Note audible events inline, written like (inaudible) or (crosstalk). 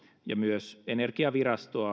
ja myös energiavirastoa (unintelligible)